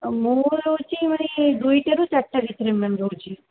ମୁଁ ହେଉଛି ମାନେ ଦୁଇଟାରୁ ଚାରିଟା ଭିତରେ ମ୍ୟାମ୍ ରହୁଛି